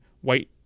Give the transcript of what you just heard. white